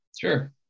Sure